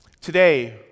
Today